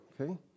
Okay